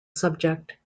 subject